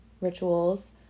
rituals